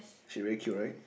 sheep very cute right